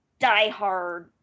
diehard